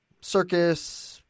circus –